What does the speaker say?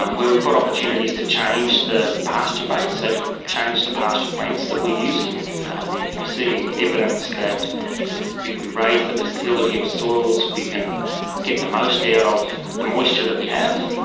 um where we've got opportunities to change the pasture base, so to change the pasture plants that we are using, we are seeing evidence that if we raise the fertility of soils we can get the most out of the moisture that we have.